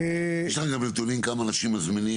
אפשר לקבל נתונים כמה אנשים מזמינים